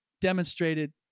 demonstrated